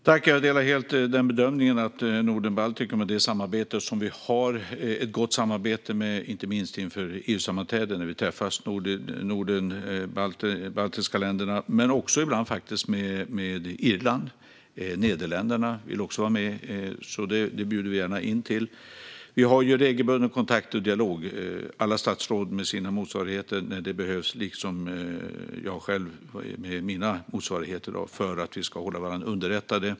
Fru talman! Jag delar helt bedömningen att det är Norden och de baltiska länderna som vi har ett gott samarbete med, inte minst när vi träffas inför EU-sammanträden. Ibland vill faktiskt också Irland och Nederländerna vara med, och det bjuder vi gärna in till. Alla statsråd har regelbunden kontakt och dialog med sina motsvarigheter när det behövs, liksom jag själv har med mina motsvarigheter för att vi ska hålla varandra underrättade.